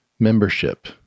membership